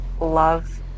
love